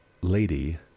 lady